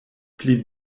pli